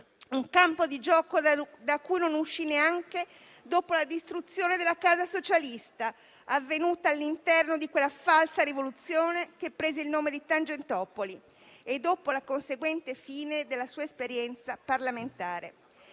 un campo di gioco da cui non uscì neanche dopo la distruzione della casa socialista, avvenuta all'interno di quella falsa rivoluzione che prese il nome di "tangentopoli" e dopo la conseguente fine della sua esperienza parlamentare.